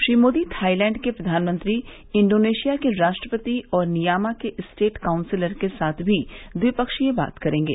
Shri Modi Thailand के प्रघानमंत्री Indonesia के राष्ट्रपति और नियामा के स्टेट काउन्सलर के साथ भी द्विपक्षीय बात करेंगे